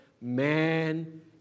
man